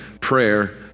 prayer